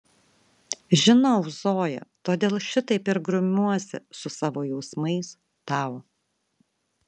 žinau zoja todėl šitaip ir grumiuosi su savo jausmais tau